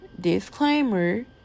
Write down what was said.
disclaimer